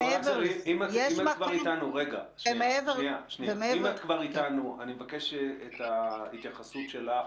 אם את כבר איתנו, אני מבקש את ההתייחסות שלך